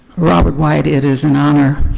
robert white, it is an honor